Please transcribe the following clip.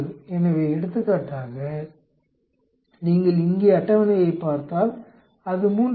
எனவே எடுத்துக்காட்டாக நீங்கள் இங்கே அட்டவணையைப் பார்த்தால் அது 3